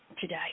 today